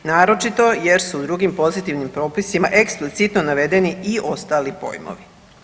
Naročito jer su u drugim pozitivnim propisima eksplicitno navedeni i ostali pojmovi.